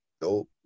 dope